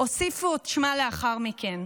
הוסיפו את שמה לאחר מכן.